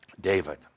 David